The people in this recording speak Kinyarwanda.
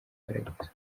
paradizo